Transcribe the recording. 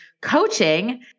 coaching